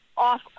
off